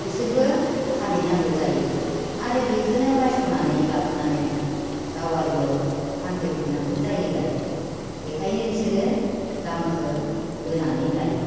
बिसोरबो फानहैनांगौ जायो आरो बेखौनो बायस'नानै लाबोनानै गावआलियाव फानफैफिननांगौ जायोलाय बेनिखायनो बिसोरो दामखौ बोनानै लायो